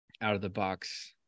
out-of-the-box